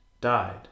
died